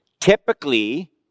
typically